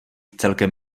celkem